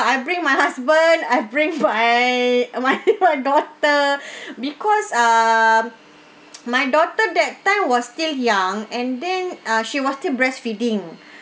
I bring my husband I bring my my I bring my daughter because um my daughter that time was still young and then uh she was still breastfeeding